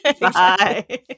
Bye